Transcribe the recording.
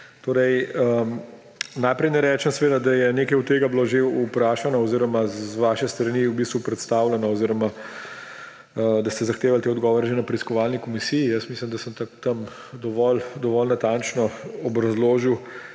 Najprej naj rečem, da je nekaj od tega bilo že vprašano oziroma z vaše strani predstavljeno oziroma ste zahtevali te odgovore že na preiskovalni komisiji. Jaz mislim, da sem tam dovolj natančno obrazložil,